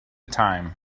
time